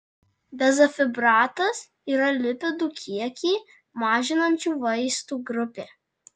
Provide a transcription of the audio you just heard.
bezafibratas yra lipidų kiekį mažinančių vaistų grupė